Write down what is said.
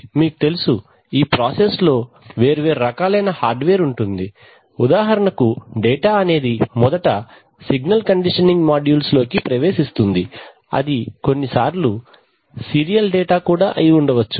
మీకు తెలుసు ఈ ప్రాసెస్ లో వేరు వేరు రకాలైన హార్డ్వేర్ ఉంటుంది ఉదాహరణకు డేటా అనేది మొదట సిగ్నల్ కండిషనింగ్ మాడ్యూల్స్ లోకి ప్రవేశిస్తుంది అది కొన్నిసార్లు సీరియల్ డేటా కూడా అయి ఉండవచ్చు